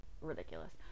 ridiculous